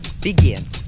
Begin